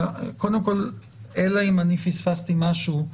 אלא אם אני פספסתי משהו,